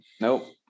nope